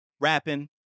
rapping